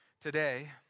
Today